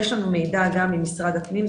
יש לנו מידע גם ממשרד הפנים,